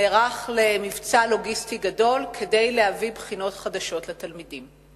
הוא נערך למבצע לוגיסטי גדול כדי להביא בחינות חדשות לתלמידים.